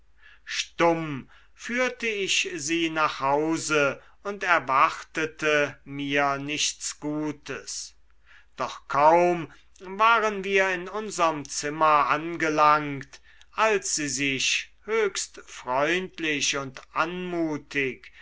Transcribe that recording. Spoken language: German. stumm führte ich sie nach hause und erwartete mir nichts gutes doch kaum waren wir in unserm zimmer angelangt als sie sich höchst freundlich und anmutig